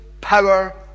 power